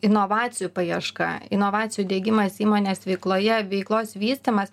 inovacijų paieška inovacijų diegimas įmonės veikloje veiklos vystymas